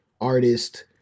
artist